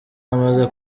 bamaze